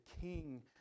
King